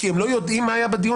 כי הם לא יודעים מה היה בדיון,